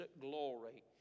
glory